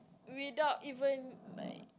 without even like